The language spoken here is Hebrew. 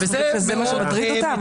זה מה שמטריד אותם?